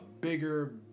bigger